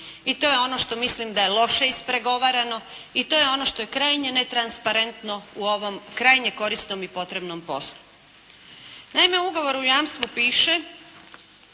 I to je ono što mislim da je loše ispregovarano. I to je ono što je krajnje netransparentno u ovom krajnje korisnom i potrebnom poslu. Naime u ugovoru o jamstvu piše